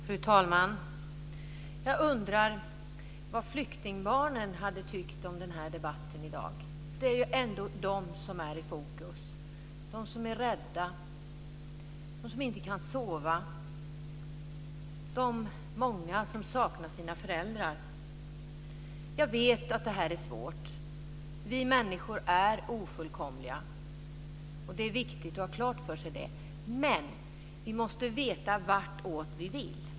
Fru talman! Jag undrar vad flyktingbarnen hade tyckt om den här debatten i dag. Det är ändå de som är i fokus, de som är rädda, de som inte kan sova, de många som saknar sina föräldrar. Jag vet att det här är svårt. Vi människor är ofullkomliga. Det är viktigt att ha det klart för sig. Men vi måste veta vartåt vi vill.